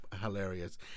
hilarious